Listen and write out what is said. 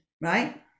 right